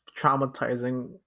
traumatizing